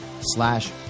slash